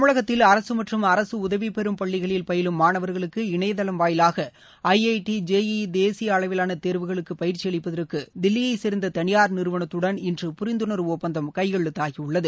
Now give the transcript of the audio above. தமிழகத்தில் அரசு மற்றும் அரசு உதவிபெறும் பள்ளிகளில் பயிலும் மாணவர்களுக்கு இணைய தளம் வாயிலாக ஐஐடி ஐஇஇ தேசிய அளவிலான தேர்வுகளுக்கு பயிற்சி அளிப்பதற்கு தில்லியைச் சேர்ந்த தளியார் நிறுவனத்தடன் இன்று புரிந்துணர்வு ஒப்பந்தம் கையெழுத்தாகியுள்ளது